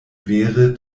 vere